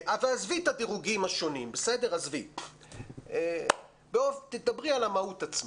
ועזבי את הדירוגים השונים, דברי על המהות עצמה.